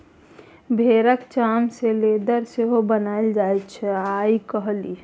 भेराक चाम सँ लेदर सेहो बनाएल जाइ छै आइ काल्हि